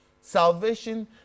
salvation